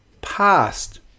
past